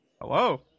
Hello